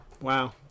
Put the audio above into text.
Wow